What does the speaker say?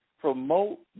promote